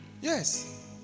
Yes